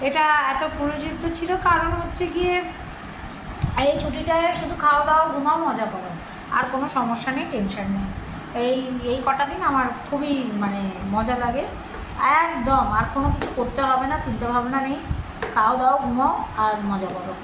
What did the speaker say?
এটা এতো প্ররোচিত ছিল কারণ হচ্ছে গিয়ে এই ছুটিটায় শুধু খাওয়া দাওয়া ঘুমাও মজা করো আর কোনো সমস্যা নেই টেনশান নেই এই এই কটা দিন আমার খুবই মানে মজা লাগে একদম আর কোনো কিছু করতে হবে না চিন্তা ভাবনা নেই খাও দাও ঘুমাও আর মজা করো